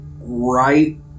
right